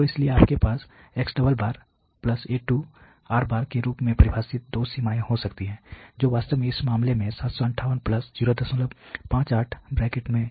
तो इसलिए आपके पास x̿ A2 R के रूप में परिभाषित 2 सीमाएं हो सकती हैं जो वास्तव में इस मामले में 758 058 है जो कि R है